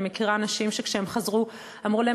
אני מכירה נשים שכשהן חזרו אמרו להן